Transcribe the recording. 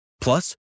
Plus